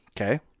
Okay